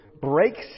breaks